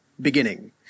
beginning